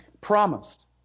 promised